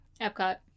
Epcot